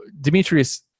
Demetrius